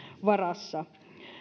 varassa